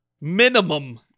minimum